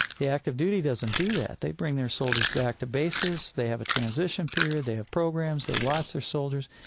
the active duty doesn't do that. they bring their soldiers back to bases, they have a transition period, they have programs, they watch their soldiers.